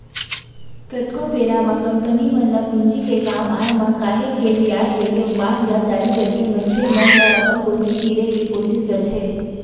कतको बेरा म कंपनी मन ल पूंजी के काम आय म काहेक के बियाज देके बांड ल जारी करके मनखे मन ल अपन कोती तीरे के कोसिस करथे